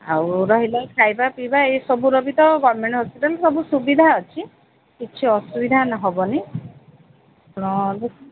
ଆଉ ରହିଲା ଖାଇବା ପିଇବା ଏଇ ସବୁର ବି ତ ଗଭର୍ଣ୍ଣମେଣ୍ଟ୍ ହସ୍ପିଟାଲ୍ ସବୁ ସୁବିଧା ଅଛି କିଛି ଅସୁବିଧା ନା ହବନି ତେଣୁ ଦେଖ